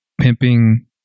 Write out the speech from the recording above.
pimping